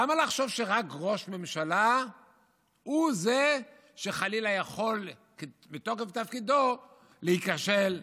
למה לחשוב שרק ראש ממשלה הוא שחלילה יכול מתוקף תפקידו להיכשל,